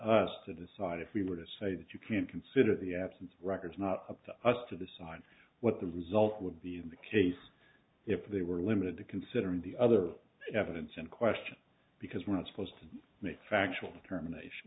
us to decide if we were to say that you can't consider the absence of records not up to us to decide what the result would be in the case if they were limited to considering the other evidence in question because we're not supposed to make factual determination